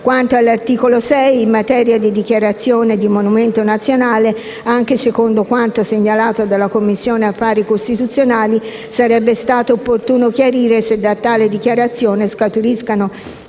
Quanto all'articolo 6, in materia di dichiarazione di monumento nazionale, anche secondo quanto segnalato dalla Commissione affari costituzionali, sarebbe stato opportuno chiarire se da tale dichiarazione scaturiscano